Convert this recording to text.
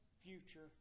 future